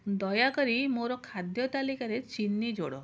ଦୟାକରି ମୋର ଖାଦ୍ୟ ତାଲିକାରେ ଚିନି ଯୋଡ଼